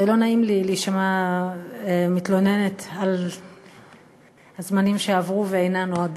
ולא נעים לי להישמע מתלוננת על הזמנים שעברו ואינם עוד,